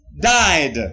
died